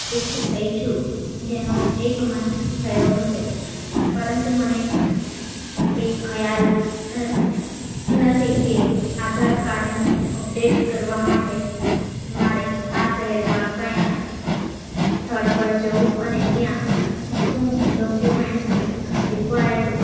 shift થઈ છું જેનો એક મંથ થયો હશે પરંતુ મને એ ખયાલ નથી કે આધાર કાર્ડની અપડેટ કરવા માટે મારે આ શહેરમાં કયા સ્થળ પર જવું અને ત્યાં શું શું ડોક્યુમેન્ટ રિકવાયર્ડ